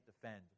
defend